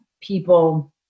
people